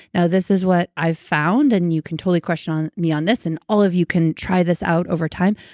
you know this is what i've found and you can totally question me on this and all of you can try this out over time,